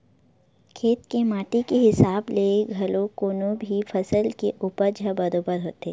खेत के माटी के हिसाब ले घलो कोनो भी फसल के उपज ह बरोबर होथे